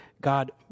God